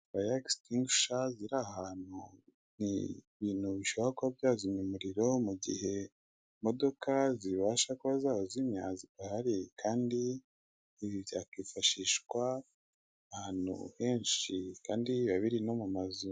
Faya ekisitinguyisha ziri ahantu ni ibintu bishaka kuba byazimya umuriro mu gihe imodoka zibasha kuba zabazimya zidahari kandi ibi byakifashishwa ahantu henshi kandi babiri no mu mazu.